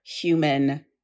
human